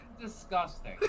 disgusting